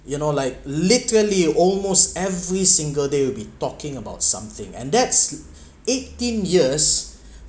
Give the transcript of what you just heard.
you know like literally almost every single day we'll be talking about something and that's eighteen years